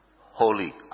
Holy